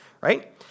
Right